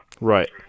Right